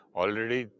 already